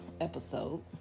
episode